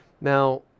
now